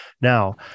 now